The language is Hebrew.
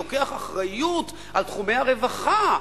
לוקח אחריות על תחומי הרווחה.